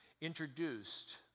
introduced